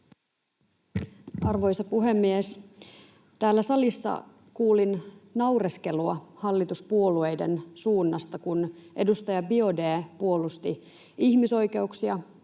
Arvoisa puhemies! Täällä salissa kuulin naureskelua hallituspuolueiden suunnasta, kun edustaja Biaudet puolusti ihmisoikeuksia,